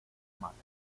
maten